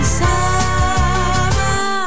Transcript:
summer